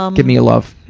um give me a love.